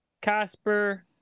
Casper